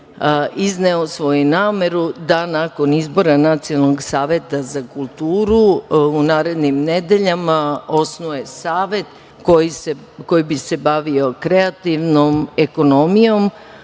izneo svoju nameru da nakon izbora Nacionalnog saveta za kulturu u narednim nedeljama osnuje savet koji bi se bavio kreativnom ekonomijom